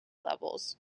levels